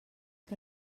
que